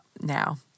now